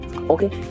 okay